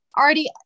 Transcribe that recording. already